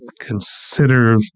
consider